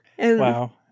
Wow